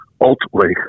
Ultimately